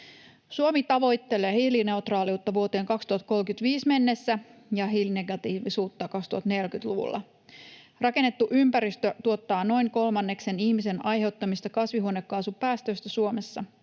Suomi tavoittelee hiilineutraaliutta vuoteen 2035 mennessä ja hiilinegatiivisuutta 2040-luvulla. Rakennettu ympäristö tuottaa noin kolmanneksen ihmisen aiheuttamista kasvihuonekaasupäästöistä Suomessa.